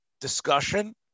discussion